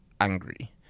angry